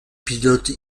pilote